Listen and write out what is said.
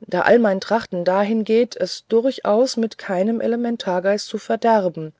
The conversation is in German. da all mein trachten dahin geht es durchaus mit keinem elementargeist zu verderben